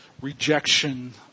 rejection